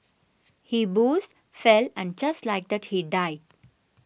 he boozed fell and just like that he died